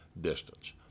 distance